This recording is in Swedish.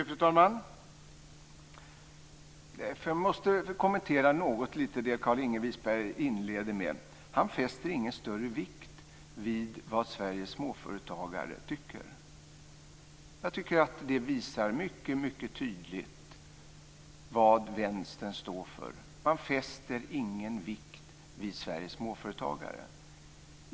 Fru talman! Jag måste något lite få kommentera det Carlinge Wisberg inleder med. Han fäster ingen större vikt vid vad Sveriges småföretagare tycker. Jag tycker att det mycket tydligt visar vad Vänstern står för. Man fäster ingen vikt vid Sveriges småföretagare.